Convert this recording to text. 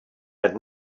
had